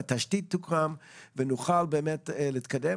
התשתית תוקם ונוכל להתקדם,